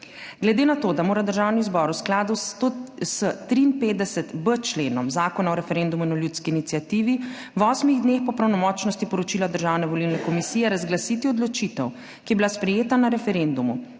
Glede na to, da mora Državni zbor v skladu s 543.b členom Zakona o referendumu in o ljudski iniciativi v osmih dneh po pravnomočnosti poročila Državne volilne komisije razglasiti odločitev, ki je bila sprejeta na referendumu,